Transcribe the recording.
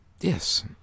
Yes